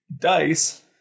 dice